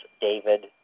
David